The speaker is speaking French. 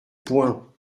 poing